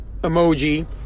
emoji